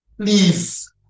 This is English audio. Please